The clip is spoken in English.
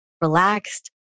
relaxed